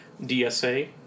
DSA